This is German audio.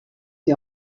die